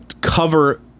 cover